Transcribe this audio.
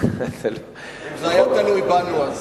היה תלוי בנו,